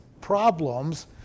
problems